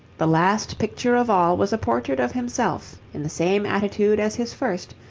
the last picture of all was a portrait of himself, in the same attitude as his first,